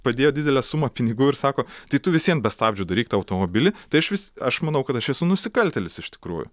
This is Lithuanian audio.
padėjo didelę sumą pinigų ir sako tai tu vis vien be stabdžių daryk tą automobilį tai aš vis aš manau kad aš esu nusikaltėlis iš tikrųjų